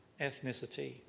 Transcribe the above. ethnicity